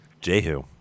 Jehu